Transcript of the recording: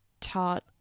taught